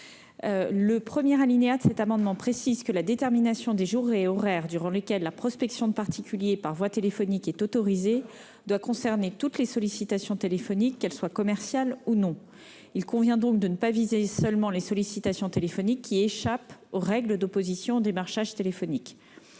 Le I de cet amendement précise que la détermination des jours et horaires durant lesquels la prospection de particuliers par voie téléphonique est autorisée doit concerner toutes les sollicitations téléphoniques, qu'elles soient commerciales ou non. Il convient donc de ne pas viser seulement les sollicitations téléphoniques qui échappent aux règles d'opposition au démarchage téléphonique.